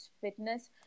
fitness